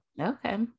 Okay